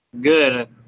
Good